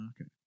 okay